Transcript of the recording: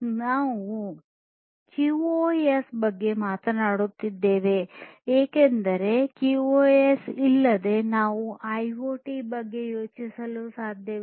ನಾವು ಕ್ಯೂಒಎಸ್ ಬಗ್ಗೆ ಮಾತನಾಡಬೇಕಾಗಿದೆ ಏಕೆಂದರೆ ಕ್ಯೂಒಎಸ್ ಇಲ್ಲದೆ ನಾವು ಐಒಟಿ ಬಗ್ಗೆ ಯೋಚಿಸಲು ಸಾಧ್ಯವಿಲ್ಲ